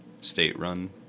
state-run